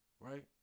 right